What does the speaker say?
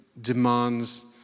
demands